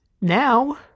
Now